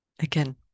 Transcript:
Again